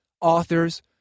authors